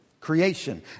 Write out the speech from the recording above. creation